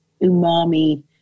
umami